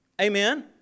Amen